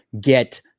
get